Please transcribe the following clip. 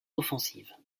offensive